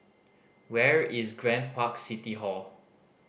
where is Grand Park City Hall